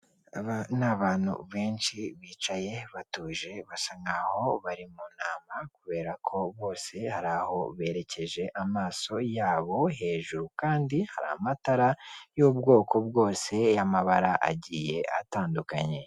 Aba ni abantu benshi bicaye batuje basa nkaho bari mu nama kubera ko bose hari aho berekeje amaso yabo, hejuru kandi hari amatara y'ubwoko bwose y'amabara agiye atandukanye.